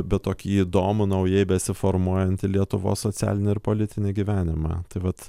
bet tokį įdomų naujai besiformuojantį lietuvos socialinį ir politinį gyvenimą tai vat